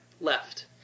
left